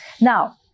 Now